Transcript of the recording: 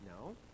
No